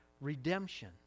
redemption